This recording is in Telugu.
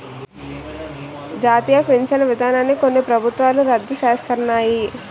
జాతీయ పించను విధానాన్ని కొన్ని ప్రభుత్వాలు రద్దు సేస్తన్నాయి